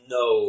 no